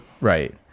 right